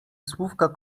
słówka